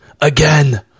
again